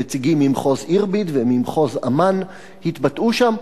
נציגים ממחוז אירביד וממחוז עמאן התבטאו שם.